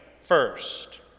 first